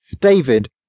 David